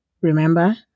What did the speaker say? Remember